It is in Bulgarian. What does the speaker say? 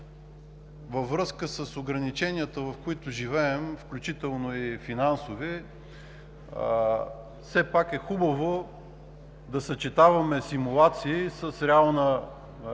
във връзка с ограниченията, в които живеем, включително и финансови, все пак е хубаво да съчетаваме симулации с реални учения